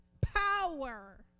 power